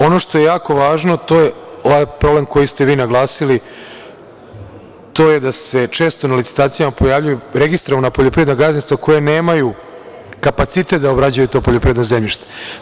Ono što je jako važno, to je ovaj problem koji ste vi naglasili, to je da se često na licitacijama pojavljuju registrovana poljoprivredna gazdinstva koja nemaju kapacitet da obrađuju to poljoprivredno zemljište.